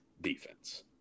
defense